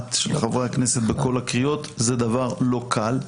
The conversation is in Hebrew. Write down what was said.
מוחלט של חברי הכנסת בכל הקריאות זה דבר לא קל,